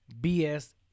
BS